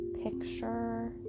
Picture